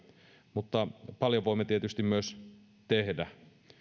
mutta paljon voimme tietysti myös tehdä